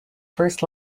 first